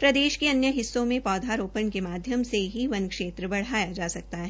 प्रदेश के अन्य हिस्सों में पौधारोपण के माध्यम से ही वन क्षेत्र बढ़ाया जा सकता है